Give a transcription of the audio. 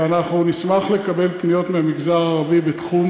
ואנחנו נשמח לקבל פניות מהמגזר הערבי בתחום